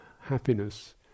happiness